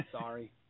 Sorry